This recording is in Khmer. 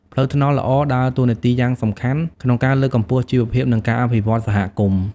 ផ្លូវថ្នល់ល្អដើរតួនាទីយ៉ាងសំខាន់ក្នុងការលើកកម្ពស់ជីវភាព និងការអភិវឌ្ឍសហគមន៍។